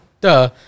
duh